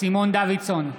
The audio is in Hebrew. סימון דוידסון,